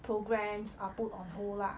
programmes are put on hold lah